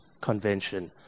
convention